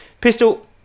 Pistol